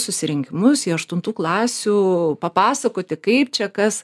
susirinkimus į aštuntų klasių papasakoti kaip čia kas